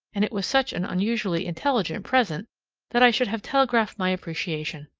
and it was such an unusually intelligent present that i should have telegraphed my appreciation.